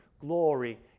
glory